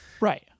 Right